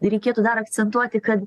reikėtų dar akcentuoti kad